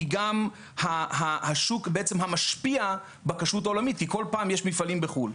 היא גם השוק המשפיע בכשרות העולמית כי כל פעם יש מפעלים בחו"ל,